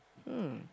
hmm